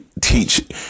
teach